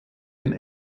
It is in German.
den